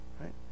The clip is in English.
right